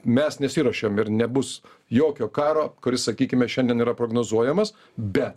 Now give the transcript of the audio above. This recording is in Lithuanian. mes nesiruošiam ir nebus jokio karo kuris sakykime šiandien yra prognozuojamas bet